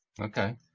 Okay